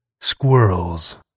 Squirrels